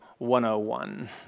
101